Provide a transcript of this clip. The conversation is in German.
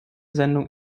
sendung